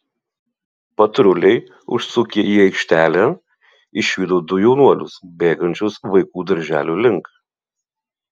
patruliai užsukę į aikštelę išvydo du jaunuolius bėgančius vaikų darželio link